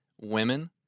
Women